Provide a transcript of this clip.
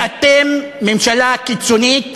כי אתם ממשלה קיצונית.